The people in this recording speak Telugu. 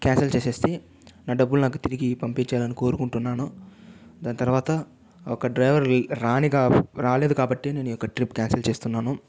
క్యాన్సిల్ చేసేసి నా డబ్బులు నాకు తిరిగి పంపించేయాలని కోరుకుంటున్నాను దాని తర్వాత ఒక డ్రైవర్ రాని రాలేదు కాబట్టి నేను ఈ యొక ట్రిప్ క్యాన్సిల్ చేస్తున్నాను